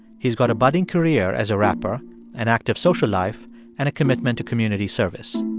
he's got a budding career as a rapper, an active social life and a commitment to community service.